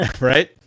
Right